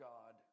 God